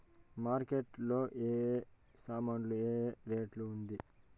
Market లో ఏ ఏ సామాన్లు ఏ ఏ రేటు ఉంది?